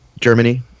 germany